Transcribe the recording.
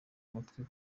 mutwe